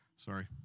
Sorry